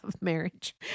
marriage